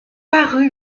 paru